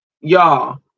Y'all